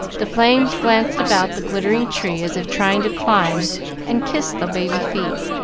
the flames glanced about the glittering tree as if trying to climb and kiss the baby feet,